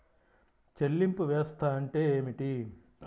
చెల్లింపు వ్యవస్థ అంటే ఏమిటి?